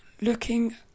looking